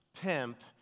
pimp